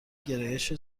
گرایش